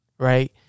Right